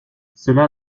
cela